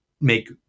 make